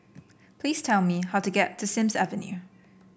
please tell me how to get to Sims Avenue